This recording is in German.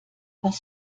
was